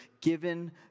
given